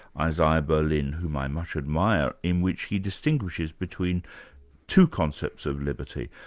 isaiah berlin, whom i much admire, in which he distinguishes between two concepts of liberty.